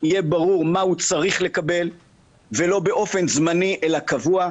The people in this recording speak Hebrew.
יהיה ברור מה הוא צריך לקבל ולא באופן זמני אלא קבוע,